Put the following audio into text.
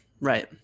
Right